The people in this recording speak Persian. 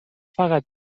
فقط